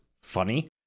funny